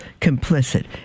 complicit